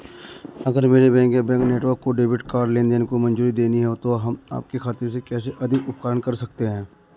अगर मेरे बैंक या बैंक नेटवर्क को डेबिट कार्ड लेनदेन को मंजूरी देनी है तो हम आपके खाते से कैसे अधिक आहरण कर सकते हैं?